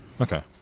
Okay